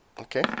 Okay